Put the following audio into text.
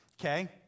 Okay